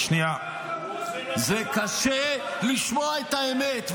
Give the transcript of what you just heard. --- זה קשה לשמוע את האמת,